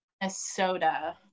Minnesota